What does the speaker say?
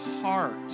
heart